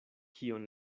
kion